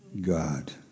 God